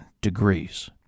degrees